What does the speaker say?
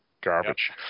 Garbage